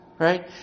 Right